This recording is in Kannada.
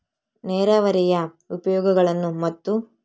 ನೇರಾವರಿಯ ಉಪಯೋಗಗಳನ್ನು ಮತ್ತು?